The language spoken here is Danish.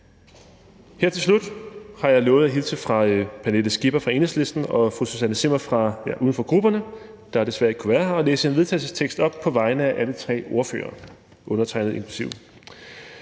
Her til slut har jeg lovet at hilse fra Pernille Skipper fra Enhedslisten og Susanne Zimmer, uden for grupperne, der desværre ikke kunne være her, og læse en vedtagelsestekst op på vegne af de to ordførere samt undertegnede: Forslag